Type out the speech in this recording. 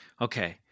Okay